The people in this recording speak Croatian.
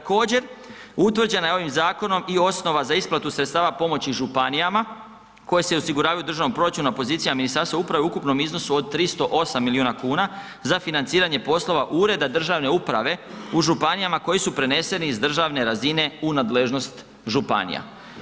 Također, utvrđena je ovim zakonom i osnova za isplatu sredstava pomoći županijama koje se osiguravaju u državnom proračunu na pozicijama Ministarstva uprave u ukupnom iznosu od 308 miliona kuna za financiranje poslova ureda državne uprave u županijama koji su preneseni iz državne razine u nadležnost županija.